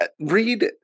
read